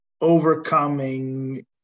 overcoming